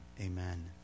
Amen